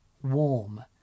warm